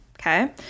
okay